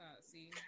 see